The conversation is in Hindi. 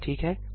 ठीक है